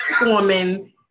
woman